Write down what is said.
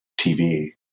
TV